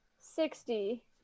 sixty